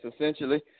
essentially